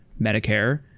medicare